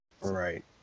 right